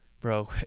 Bro